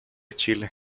chile